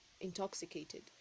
intoxicated